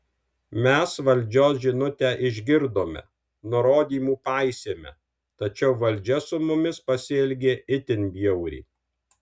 mes valdžios žinutę išgirdome nurodymų paisėme tačiau valdžia su mumis pasielgė itin bjauriai